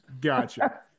Gotcha